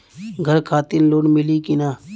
घर खातिर लोन मिली कि ना?